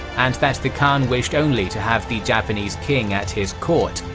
and that the khan wished only to have the japanese king at his court,